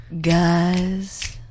Guys